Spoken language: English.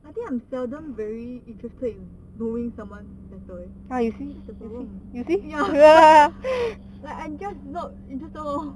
I think I am seldom very interested in knowing someone better eh that's the problem ya like I'm just not interested lor